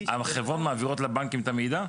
החברות מעבירות לבנקים את המידע?